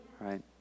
right